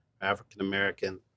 African-American